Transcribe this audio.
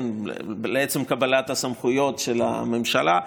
לעצם קבלת הסמכויות של הממשלה.